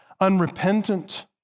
unrepentant